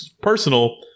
personal